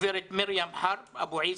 גברת מרים חרב אבו עיסא.